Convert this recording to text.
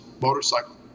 motorcycle